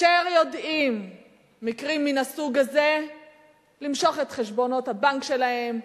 אשר יודעים על מקרים מן הסוג הזה למשוך את חשבונות הבנק שלהם,